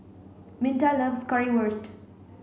Minta loves Currywurst